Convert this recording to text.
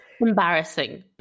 Embarrassing